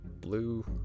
blue